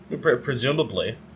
presumably